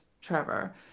Trevor